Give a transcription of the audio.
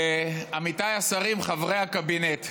עמיתיי השרים, חברי הקבינט,